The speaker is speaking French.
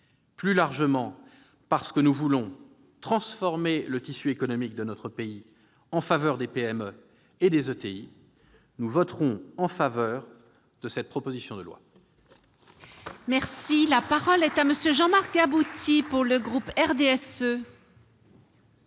plus largement, parce que nous voulons transformer le tissu économique de notre pays en faveur des PME et des ETI, nous voterons en faveur de cette proposition de loi. La parole est à M. Jean-Marc Gabouty. Madame la